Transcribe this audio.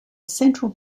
central